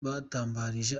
batambarije